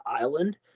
island